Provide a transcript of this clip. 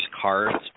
cards